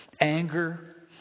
anger